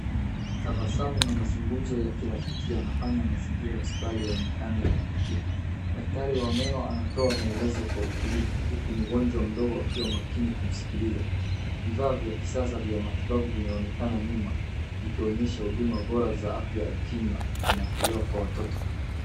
Tabasamu na mazungumzo ya kirafiki yanafanya mazingira ya hospitali yaonekane ya kuvutia. Daktari wa meno anatoa maelezo kwa utulivu huku mgonjwa mdogo akiwa makini kumsikiliza. Vifaa vya kisasa vya matitabu vinaonekana nyuma, vikionyesha huduma bora za afya ya kinywa vinatolewa kwa watoto.